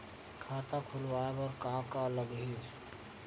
खाता खुलवाय बर का का लगही?